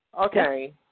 Okay